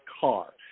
car